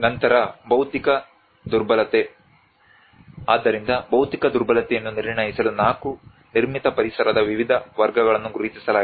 ನಂತರ ಭೌತಿಕ ದುರ್ಬಲತೆ ಆದ್ದರಿಂದ ಭೌತಿಕ ದುರ್ಬಲತೆಯನ್ನು ನಿರ್ಣಯಿಸಲು 4 ನಿರ್ಮಿತ ಪರಿಸರದ ವಿವಿಧ ವರ್ಗಗಳನ್ನು ಗುರುತಿಸಲಾಗಿದೆ